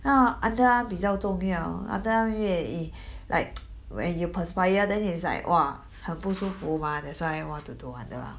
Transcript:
那 underarm 比较重要 underarm 因为 like when you perspire then you like !wah! 很不舒服嘛 that's why I want to do underarm